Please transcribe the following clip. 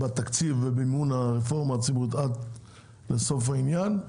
בתקציב למימון הרפורמה הציבורית, עד לסוף העניין.